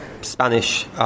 Spanish